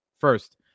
first